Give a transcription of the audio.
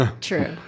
True